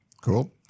Cool